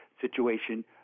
situation